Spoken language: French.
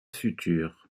future